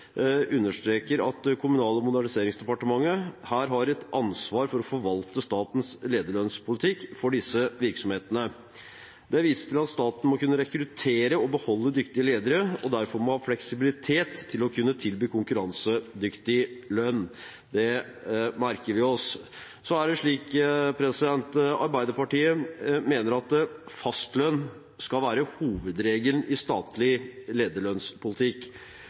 understreker at Kommunal- og moderniseringsdepartementet her har et ansvar for å forvalte statens lederlønnspolitikk for disse virksomhetene. Det er vist til at staten må kunne rekruttere og beholde dyktige ledere og derfor må ha fleksibilitet til å kunne tilby konkurransedyktig lønn. Det merker vi oss. Så er det slik at Arbeiderpartiet mener at fastlønn skal være hovedregelen i statlig lederlønnspolitikk.